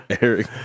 Eric